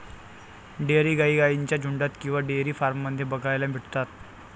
dairy गाई गाईंच्या झुन्डात किंवा डेयरी फार्म मध्ये बघायला भेटतात